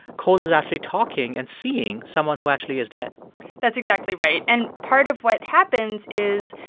cole is actually talking and seeing someone who actually is dead that's exactly right. and part of what happens is,